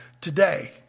today